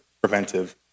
preventive